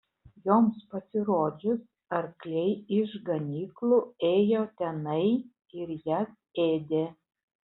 joms pasirodžius arkliai iš ganyklų ėjo tenai ir jas ėdė